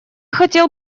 хотел